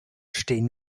stehen